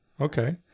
Okay